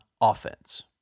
offense